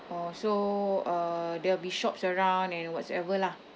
oh so uh there'll be shops around and whatsoever lah